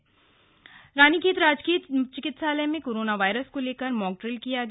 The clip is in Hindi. मॉक डिल रानीखेत राजकीय चिकित्सालय में कोरोना वायरस को लेकर मॉक ड्रिल किया गया